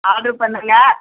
order பண்ணலை